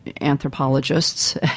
anthropologists